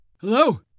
Hello